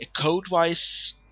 code-wise